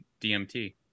dmt